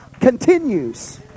continues